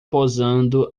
posando